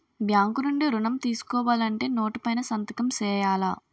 bank నుండి ఋణం తీసుకోవాలంటే నోటు పైన సంతకం సేయాల